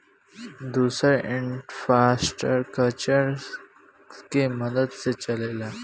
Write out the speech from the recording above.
दुसर इन्फ़्रास्ट्रकचर के मदद से चलेला